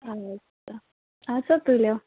آدٕ سا اَدٕ سا تُلِو